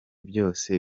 byose